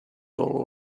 dalo